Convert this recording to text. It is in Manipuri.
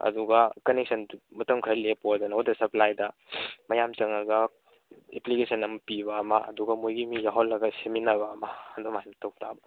ꯑꯗꯨꯒ ꯀꯟꯅꯦꯛꯁꯟ ꯃꯇꯝ ꯈꯔ ꯂꯦꯞꯄꯣꯗꯅ ꯋꯥꯇꯔ ꯁꯄ꯭ꯂꯥꯏꯗ ꯃꯌꯥꯝ ꯆꯪꯉꯒ ꯑꯦꯄ꯭ꯂꯤꯀꯦꯁꯟ ꯑꯃ ꯄꯤꯕ ꯑꯃ ꯑꯗꯨꯒ ꯃꯣꯏꯒꯤ ꯃꯤ ꯌꯥꯎꯍꯜꯂꯒ ꯁꯦꯝꯃꯤꯟꯅꯕ ꯑꯃ ꯑꯗꯨꯝꯥꯏꯅ ꯇꯧꯇꯥꯕ